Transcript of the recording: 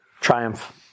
Triumph